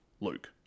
Luke